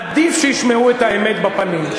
עדיף שישמעו את האמת בפנים.